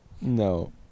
No